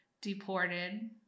deported